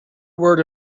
word